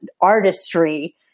artistry